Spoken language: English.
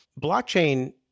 blockchain